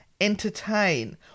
entertain